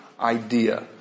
idea